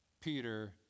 Peter